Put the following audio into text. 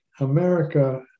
America